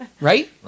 Right